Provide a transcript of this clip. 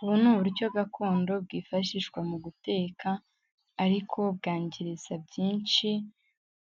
Ubu ni uburyo gakondo bwifashishwa mu guteka, ariko bwangiriza byinshi